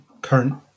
current